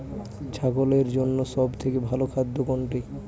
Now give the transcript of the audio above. ছাগলের জন্য সব থেকে ভালো খাদ্য কোনটি?